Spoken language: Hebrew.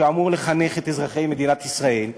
שאמור לחנך את אזרחי מדינת ישראל,